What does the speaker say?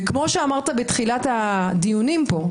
וכפי שאמרת בתחילת הדיונים פה,